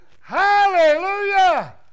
Hallelujah